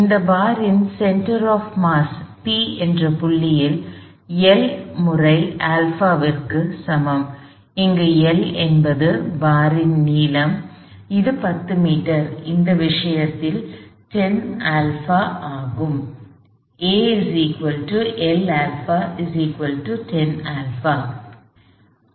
இந்த பாரின் இன் சென்டர் ஆப் மாஸ் P என்ற புள்ளியில் L முறை α க்கு சமம் இங்கு L என்பது பாரின் நீளம் இது 10 மீட்டர் இந்த விஷயத்தில் 10α ஆகும்